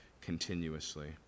continuously